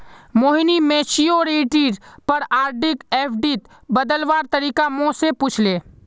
मोहिनी मैच्योरिटीर पर आरडीक एफ़डीत बदलवार तरीका मो से पूछले